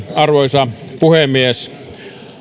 arvoisa puhemies